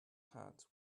hat